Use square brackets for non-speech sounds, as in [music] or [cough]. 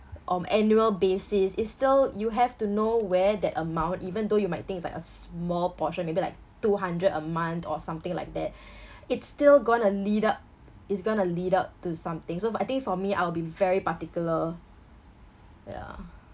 on annual basis it's still you have to know where that amount even though you might think it's like a small portion maybe like two hundred a month or something like that [breath] it's still gonna lead up it's gonna lead up to something so I think for me I will be very particular yeah